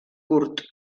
curt